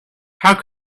how